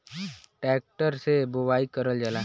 tractor से बोवाई करल जाला